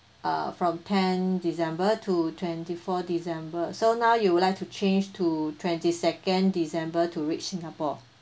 uh from ten december to twenty four december so now you would like to change to twenty second december to reach singapore